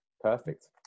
perfect